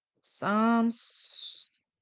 Psalms